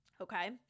Okay